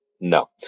No